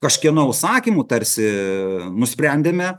kažkieno užsakymu tarsi iii nusprendėme